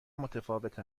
متفاوت